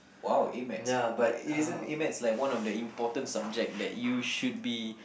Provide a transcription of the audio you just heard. !wow! A Math but isn't A Math like one of the important subject that you should be